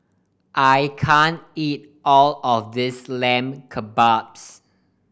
I can't eat all of this Lamb Kebabs